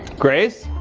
grace?